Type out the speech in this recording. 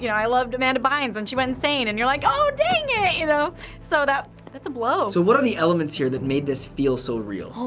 you know i loved amanda bynes, then she went insane. and you're like, oh, dang it! you know so that's a blow. so what are the elements here that made this feel so real?